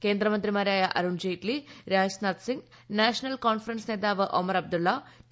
കേന്ദ്ര മന്ത്രിമാരായ Arun Jaitley Rajnath Singh National Conference നേതാവ് ഒമർ അബ്ദുള്ള ടി